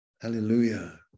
Hallelujah